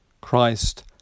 Christ